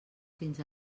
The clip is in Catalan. fins